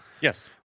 yes